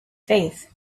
faith